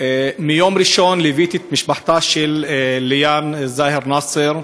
מיום ראשון ליוויתי את משפחתה של ליאן זאהר נאסר,